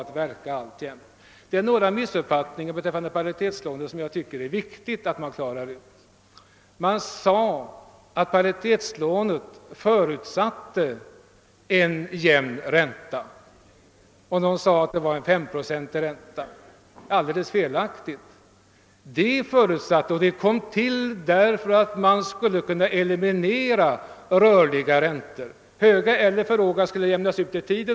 Det råder emellertid några missuppfattningar rörande paritetslånen, som jag tycker det är viktigt att här klara ut. Det har sagts att paritetslånen förutsätter en jämn ränta på 5 procent. Detta är felaktigt. I stället är det förutsatt att högre och lägre låneräntor skulle jämnas ut i tiden. Man har sålunda velat eliminera alla rörliga räntor.